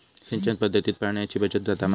सिंचन पध्दतीत पाणयाची बचत जाता मा?